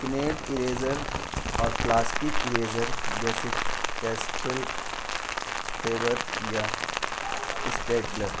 کنیڈ eraser اور plastic eraser جیسے Castell Faber یا اسٹیریٹلر